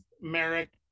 Merrick